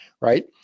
right